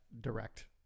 direct